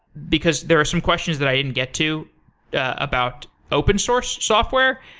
because there are some questions that i didn't get to about open-source software.